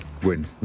win